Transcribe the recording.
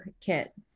kit